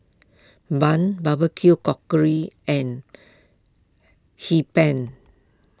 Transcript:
Bun Barbecue and Hee Pan